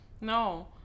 No